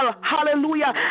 hallelujah